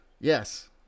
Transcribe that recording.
Yes